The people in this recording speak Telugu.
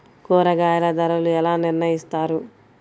కూరగాయల ధరలు ఎలా నిర్ణయిస్తారు?